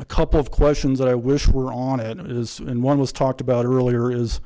a couple of questions that i wish were on it and one was talked about earlier is